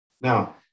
Now